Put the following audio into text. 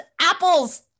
apples